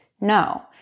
No